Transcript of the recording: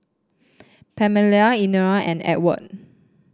Pamella Elenore and Edward